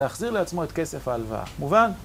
להחזיר לעצמו את כסף ההלוואה, מובן?